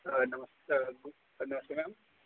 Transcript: अ नमस्ते मैम